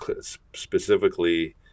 specifically